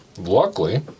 Luckily